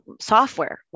software